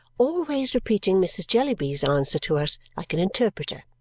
always repeating mrs. jellyby's answer to us like an interpreter.